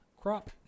crop